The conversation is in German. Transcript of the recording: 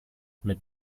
mit